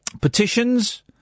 petitions